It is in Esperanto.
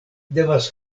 devas